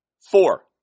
Four